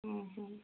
ଉଁ ହୁଁ